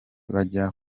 bajya